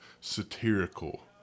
satirical